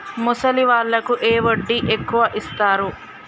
ముసలి వాళ్ళకు ఏ వడ్డీ ఎక్కువ ఇస్తారు?